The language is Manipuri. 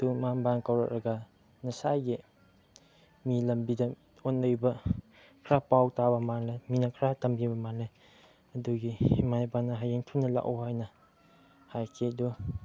ꯑꯗꯨ ꯏꯃꯥ ꯏꯄꯥꯅ ꯀꯧꯔꯛꯂꯒ ꯉꯁꯥꯏꯒꯤ ꯃꯤ ꯂꯝꯕꯤꯗ ꯄꯨꯜꯂꯤꯕ ꯈꯔ ꯄꯥꯎꯇꯥꯕ ꯃꯥꯜꯂꯦ ꯃꯤꯅ ꯈꯔ ꯇꯝꯕꯤꯕ ꯃꯥꯜꯂꯦ ꯑꯗꯨꯒꯤ ꯏꯃꯥ ꯏꯄꯥꯅ ꯍꯌꯦꯡ ꯊꯨꯅ ꯂꯥꯛꯑꯣ ꯍꯥꯏꯅ ꯍꯥꯏꯈꯤ ꯑꯗꯨ